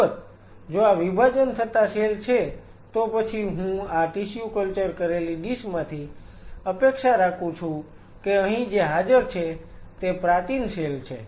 અલબત્ત જો આ વિભાજન થતા સેલ છે તો પછી હું આ ટિશ્યુ કલ્ચર કરેલી ડીશ માંથી અપેક્ષા રાખું છું કે અહી જે હાજર છે તે પ્રાચીન સેલ છે